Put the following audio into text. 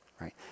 Right